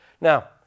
Now